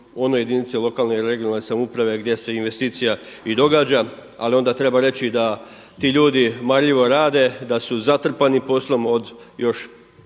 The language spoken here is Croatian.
onoj jedinici lokalne i regionalne samouprave gdje se investicija i događa. Ali onda treba reći da ti ljudi marljivo rade, da su zatrpani poslom još